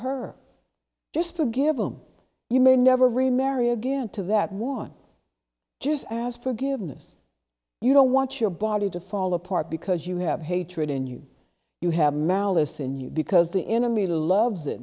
her just to give him you may never remarry again to that one just ask forgiveness you don't want your body to fall apart because you have hatred in you you have malice in you because the enemy loves it